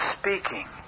speaking